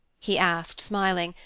he asked smiling,